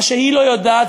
מה שהיא לא יודעת,